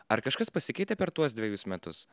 ar kažkas pasikeitė per tuos dvejus metus